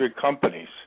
companies